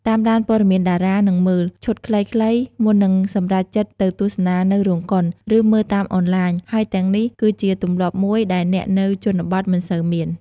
តាមដានព័ត៌មានតារា និងមើល ឈុតខ្លីៗ មុននឹងសម្រេចចិត្តទៅទស្សនានៅរោងកុន ឬមើលតាមអនឡាញ ហើយទាំងនេះគឺជាទម្លាប់មួយដែលអ្នកនៅជនបទមិនសូវមាន។